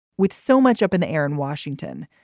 with so much up in the air in washington,